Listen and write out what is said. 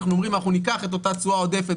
אנחנו אומרים שאנחנו ניקח את אותה תשואה עודפת